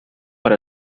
per